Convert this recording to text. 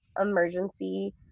emergency